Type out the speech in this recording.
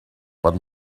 but